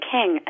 King